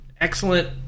excellent